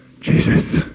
Jesus